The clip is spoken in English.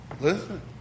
listen